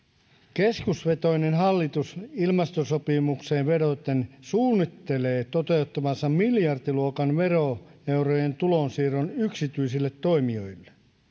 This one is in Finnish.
keskustavetoinen hallitus ilmastosopimukseen vedoten suunnittelee toteuttavansa miljardiluokan veroeurojen tulonsiirron yksityisille toimijoille